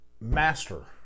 Master